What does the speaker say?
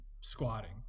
squatting